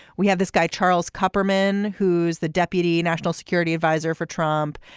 we have this guy charles koppelman who's the deputy national security adviser for trump.